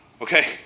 Okay